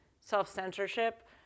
self-censorship